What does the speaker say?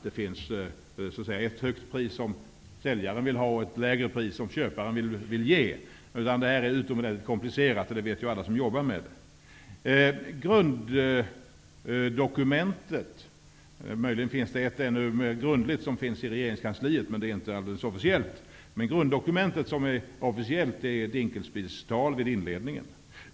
Det finns ett högt pris som säljaren vill ha och ett lägre pris som köparen vill ge. Detta är utomordentligt komplicerat. Det vet alla som jobbar med det. Det officiella grunddokumentet -- möjligen finns ett annat dokument i regeringskansliet, men det är inte alldeles officiellt -- är Ulf Dinkelspiels tal vid inledningen av förhandlingarna.